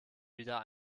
wieder